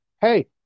hey